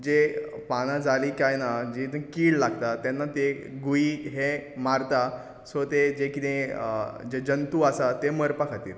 जे पानां जाली कांय ना जी ती कीड लागतां तेन्ना ती एक गुयी हें मारता सो ते जें कितें जंतू आसा ते मरपा खातीर